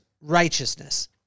righteousness